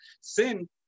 sin